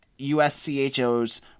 USCHO's